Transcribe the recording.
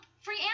Free